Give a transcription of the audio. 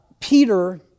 Peter